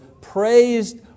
praised